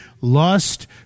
lust